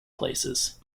places